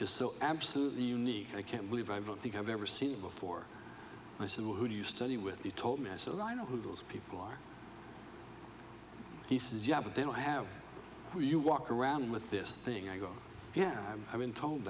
is so absolutely unique i can't believe i don't think i've ever seen before i said well who do you study with he told me so i know who those people are he says yeah but then i have you walk around with this thing i go yeah i've been told